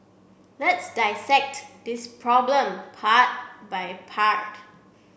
let's dissect this problem part by part